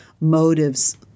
motives